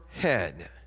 head